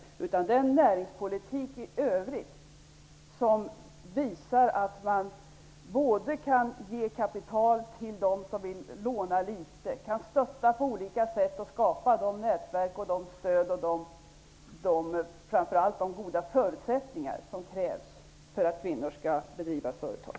Det behövs en näringspolitik som visar att vi kan ge kapital till dem som vill låna litet, att vi kan stötta på olika sätt och skapa de nätverk och framför allt de goda förutsättningar som krävs för att kvinnor skall kunna driva företag.